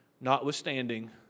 Notwithstanding